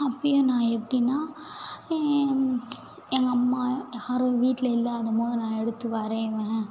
அப்போயும் நான் எப்படின்னா ஏன் எங்கள் அம்மா யாரும் வீட்டில் இல்லாதபோது நான் எடுத்து வரையிவேன்